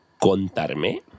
contarme